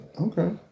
okay